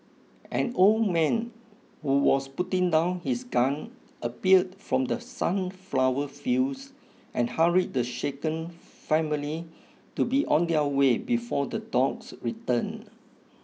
an old man who was putting down his gun appeared from the sunflower fields and hurried the shaken family to be on their way before the dogs return